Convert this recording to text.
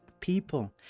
People